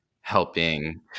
helping